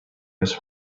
his